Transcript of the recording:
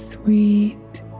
Sweet